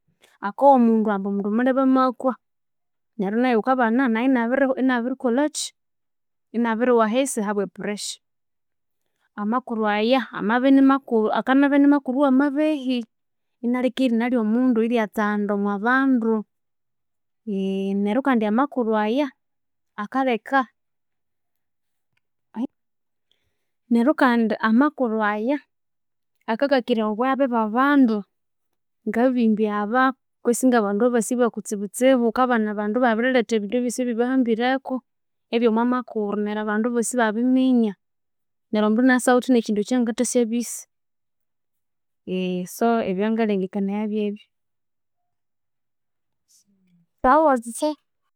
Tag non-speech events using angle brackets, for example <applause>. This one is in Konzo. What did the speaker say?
Akowa omundu ambu omundu amakwa neryo naghu naghu ghukabana iniabitikolhaki inabiriwa ahisi ahabwe pressure, amakuru aya akanabya makuru awa mabehi inialheka erina lhyo mundu eryatsanda omwa bandu <hesitation> neryu kandi amakuru aya akakakiraya bughabe bwa bandu ngabimbi aba kutse abandu abasibwe kustsibukutsibu ghukabana abandu ibabirilhetha ebindu ebyosi ebibahambireku ebyo omwa makuru neryu abandu abosi ibaminya neryu omundu inabya isawithe nge kindu ekyangathasabisa <hesitation> so ebyangalhengekanaya byebu. <unintelligible>